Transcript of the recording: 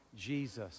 Jesus